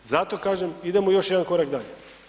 Zato kažem idemo još jedan korak dalje.